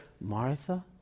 Martha